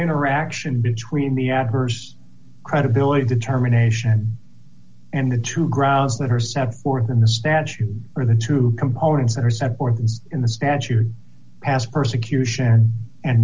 interaction between the adverse credibility determination and a to grow that are set forth in the statute or the two components that are set forth in the statute passed persecution and